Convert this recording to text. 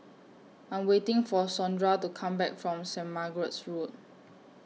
I Am waiting For Sondra to Come Back from Saint Margaret's Road